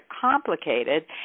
complicated